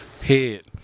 Head